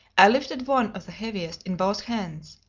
i lifted one of the heaviest in both hands.